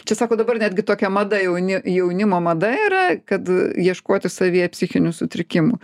čia sako dabar netgi tokia mada jauni jaunimo mada yra kad ieškoti savyje psichinių sutrikimų